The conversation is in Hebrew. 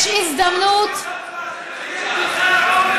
לפעמים,